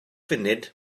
funud